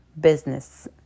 business